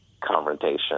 confrontation